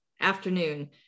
afternoon